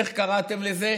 איך קראתם לזה,